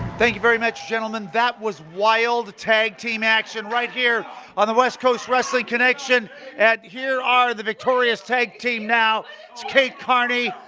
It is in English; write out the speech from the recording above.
thank you very much gentlemen that was wild tag team action right here on the west coast wrestling connection and here are the victorious tag team now it's kate carney,